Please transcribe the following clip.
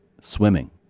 swimming